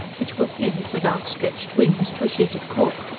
which were pinned, with outstretched wings, to a sheet of cork.